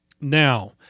Now